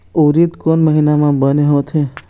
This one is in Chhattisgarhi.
उरीद कोन महीना म बने होथे?